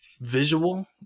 visual